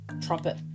trumpet